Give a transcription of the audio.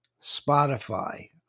Spotify